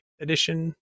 edition